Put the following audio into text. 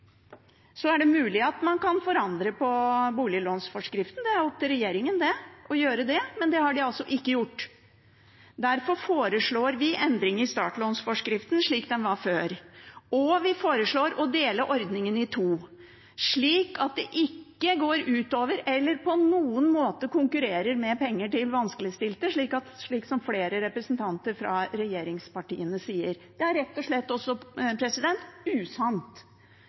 Så er det mulig at man kan forandre på boliglånsforskriften – det er opp til regjeringen å gjøre det, men det har den altså ikke gjort. Derfor foreslår vi endring i startlånsforskriften til slik den var før, og vi foreslår å dele ordningen i to, slik at det ikke går ut over eller på noen måte konkurrerer med penger til vanskeligstilte, slik som flere representanter fra regjeringspartiene sier. Det er rett og slett også usant.